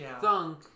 thunk